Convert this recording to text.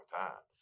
time